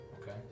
okay